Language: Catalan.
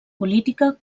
política